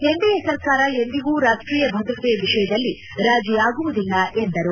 NDA ಸರ್ಕಾರ ಎಂದಿಗೂ ರಾಷ್ಲೀಯ ಭದ್ರತೆಯ ವಿಷಯದಲ್ಲಿ ರಾಜಿಯಾಗುವುದಿಲ್ಲ ಎಂದರು